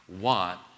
want